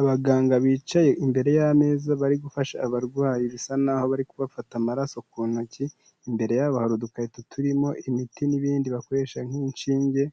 Abaganga bicaye imbere y'ameza bari gufasha abarwayi bisa naho bari kubafata amaraso ku ntoki, imbere yabo hari udukarito turimo imiti n'ibindi bakoresha nk'inshinge,